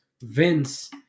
Vince